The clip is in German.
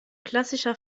klassischer